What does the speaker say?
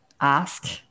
ask